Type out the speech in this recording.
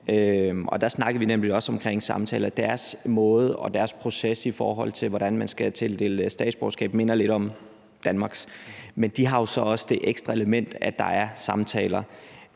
der snakkede vi nemlig også om samtaler. Deres måde og deres proces, i forhold til hvordan man skal tildele statsborgerskab, minder lidt om Danmarks, men de har jo så også det ekstra element, at der er samtaler.